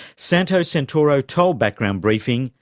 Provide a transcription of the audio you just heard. santo santoro told background briefing,